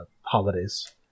holidays